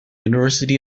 university